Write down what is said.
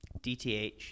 dth